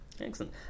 Excellent